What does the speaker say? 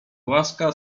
łaska